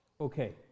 Okay